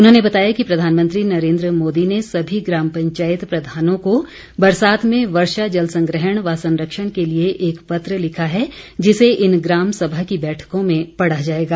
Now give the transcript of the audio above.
उन्होंने बताया कि प्रधानंत्री नरेन्द्र मोदी ने सभी ग्राम पंचायत प्रधानों को बरसात में वर्षा जल संग्रहण व संरक्षण के लिए एक पत्र लिखा है जिसे इन ग्राम सभा की बैठकों में पढ़ा जाएगा